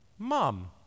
Mom